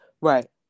Right